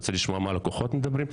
כדי לשמוע מה הלקוחות מדברים,